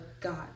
God